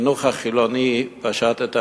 החינוך החילוני פשט את הרגל.